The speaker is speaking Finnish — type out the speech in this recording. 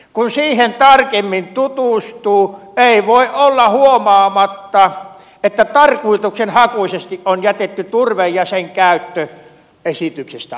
kun siihen tarkemmin tutustuu ei voi olla huomaamatta että tarkoitushakuisesti on jätetty turve ja sen käyttö esityksestä ulos